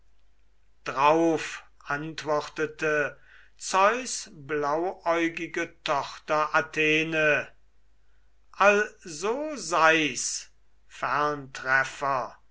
drauf antwortete zeus blauäugige tochter athene also sei's